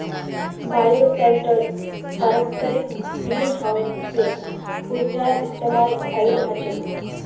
bioshelter पारंपरिक greenhouse स ऊर्जार इस्तमालत अलग ह छेक